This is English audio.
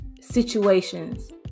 situations